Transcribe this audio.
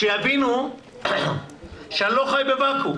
שיבינו שאני לא חי בוואקום.